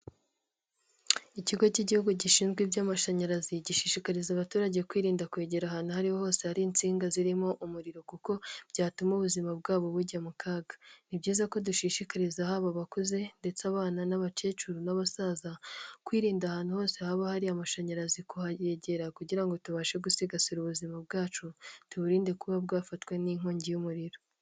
Ikigo cy'igihugu gishinzwe iby'amashanyarazi, gishishikariza abaturage kwirinda kwegera ahantu hose hari insinga zirimo umuriro kuko byatuma ubuzima bwabo bujya mu kaga. Ni byiza ko dushishikariza haba bakuze ndetse abana n'abakecuru n'abasaza, kwirinda ahantu hose haba hari amashanyarazi kuhayegera kugira ngo tubashe gusigasira ubuzima bwacu tuburinde kuba bwafatwe n'inkongi y'umuriro.